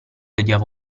odiava